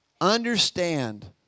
Understand